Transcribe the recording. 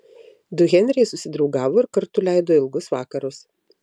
du henriai susidraugavo ir kartu leido ilgus vakarus